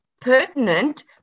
pertinent